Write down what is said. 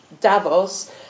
Davos